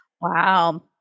Wow